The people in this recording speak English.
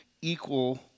equal